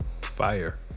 Fire